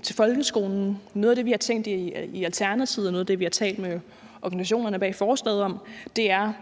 til folkeskolen. Noget af det, vi har tænkt i Alternativet, noget af det, vi har talt med organisationerne bag forslaget om, er